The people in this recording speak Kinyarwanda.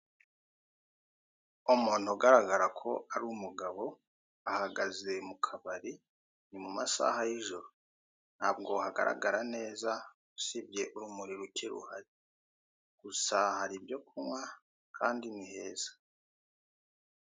Umuntu ugaragara ko ari umugabo, ahagaze mu kabari, ni mu masaha y'ijoro. Ntabwo hagaragara neza, usibye urumuri ruke ruhari. Gusa hari ibyo kunywa, kandi ni heza.